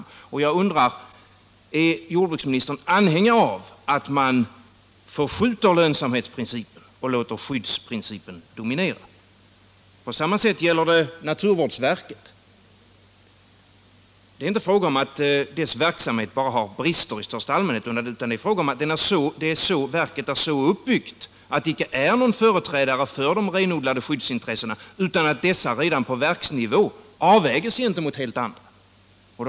Nr 7 Jag undrar: Är jordbruksministern anhängare av att man förskjuter lön Torsdagen den samhetsprincipen och låter skyddsprincipen dominera? 13 oktober 1977 Samma sak gäller naturvårdsverket. Det är inte fråga om att dess verk-= —— samhet bara har brister i största allmänhet, utan det är fråga om att Om giftspridningen verket är så uppbyggt att det icke är någon företrädare för de renodlade i Teckomatorp, skyddsintressena, utan att dessa redan på verksnivå avvägs gentemot Mm.m. helt andra intressen.